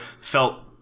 felt